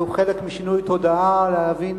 הוא חלק משינוי תודעה, להבין